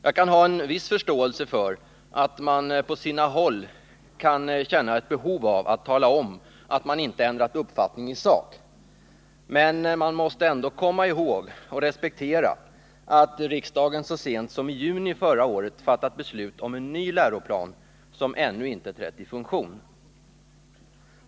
Jag har en viss förståelse för att man på sina håll kan känna ett behov av att tala om att man inte ändrat uppfattning i sak, men man måste ändå komma ihåg och respektera att riksdagen så sent som i juni förra året fattat beslut om en ny läroplan som ännu inte trätt i funktion.